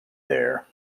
there